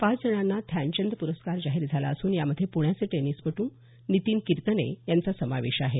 पाच जणांना ध्यानचंद प्रस्कार जाहीर झाला असून त्यामध्ये प्ण्याचे टेनिसपटू नितीन किर्तने यांचा समावेश आहे